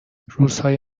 روزهای